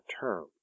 term